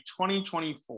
2024